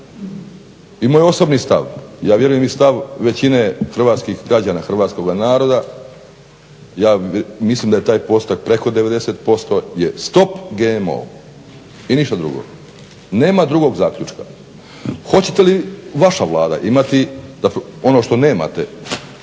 i moj osobni stav, ja vjerujem i stav većine hrvatskih građana, hrvatskoga naroda ja mislim da je taj postotak preko 90% je stop GMO. I ništa drugo. Nema drugog zaključka. Hoće li vaša Vlada imati ono što nemate